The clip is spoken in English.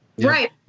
Right